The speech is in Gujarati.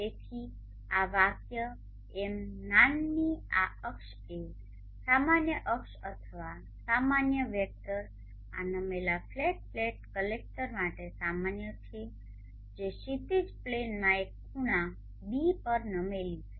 તેથી આ વાક્ય એન નામની આ અક્ષ એ સામાન્ય અક્ષ અથવા સામાન્ય વેક્ટર આ નમેલા ફ્લેટ પ્લેટ કલેક્ટર માટે સામાન્ય છે જે ક્ષિતિજ પ્લેનમાં એક ખૂણા ß પર નમેલી છે